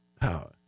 power